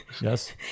Yes